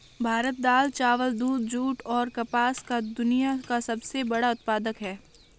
भारत दाल, चावल, दूध, जूट, और कपास का दुनिया का सबसे बड़ा उत्पादक है